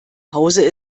hause